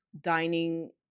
dining